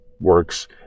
works